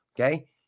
Okay